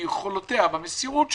ביכולותיה, במסירות שלה,